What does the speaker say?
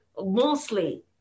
mostly